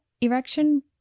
erection